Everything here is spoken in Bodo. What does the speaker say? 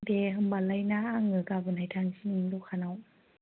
दे होमब्लालायना आङो गाबोनहाय थांसै नोंनि दखानाव